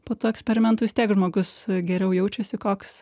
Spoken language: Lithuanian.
po to eksperimento vistiek žmogus geriau jaučiasi koks